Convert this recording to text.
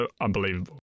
unbelievable